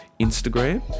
Instagram